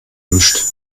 mischt